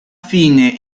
fine